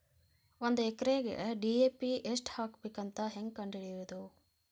ಒಂದು ಎಕರೆಗೆ ಡಿ.ಎ.ಪಿ ಎಷ್ಟು ಹಾಕಬೇಕಂತ ಹೆಂಗೆ ಕಂಡು ಹಿಡಿಯುವುದು?